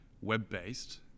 web-based